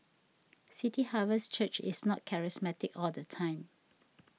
City Harvest Church is not charismatic all the time